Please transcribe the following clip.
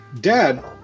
Dad